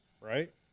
right